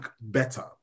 better